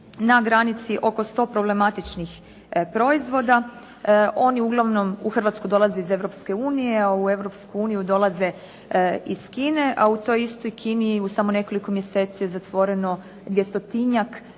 na granici oko 100 problematičnih proizvoda. Oni uglavnom u Hrvatsku dolaze iz Europske unije, a u Europsku uniju dolaze iz Kine, a u toj istoj Kini u samo nekoliko mjeseci je zatvoreno 200-tinjak